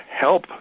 help